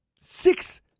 six